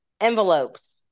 envelopes